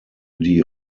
die